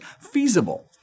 feasible